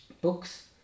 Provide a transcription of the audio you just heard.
books